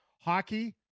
hockey